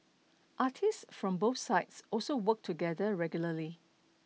artists from both sides also work together regularly